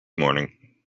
morning